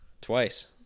twice